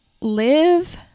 live